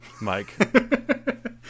mike